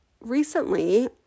recently